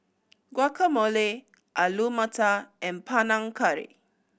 Guacamole Alu Matar and Panang Curry